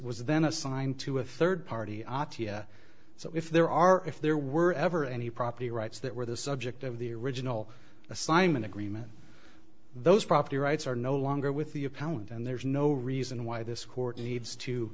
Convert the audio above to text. was then assigned to a third party atiya so if there are if there were ever any property rights that were the subject of the original assignment agreement those property rights are no longer with the account and there's no reason why this court needs to